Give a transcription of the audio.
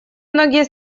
многие